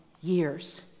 years